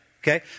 Okay